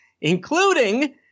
including